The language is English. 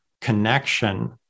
connection